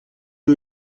you